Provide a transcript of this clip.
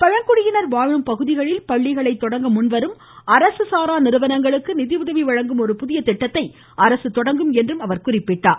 பழங்குடியினர் வாழும் பகுதிகளில் பள்ளிகளைத் தொடங்க முன்வரும் அரசுசாரா நிறுவனங்களுக்கு நிதியுதவி வழங்கும் ஒரு புதிய திட்டத்தை அரசு தொடங்கும் என்றார்